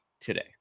today